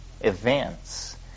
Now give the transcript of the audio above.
events